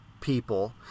people